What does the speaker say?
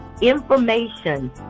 information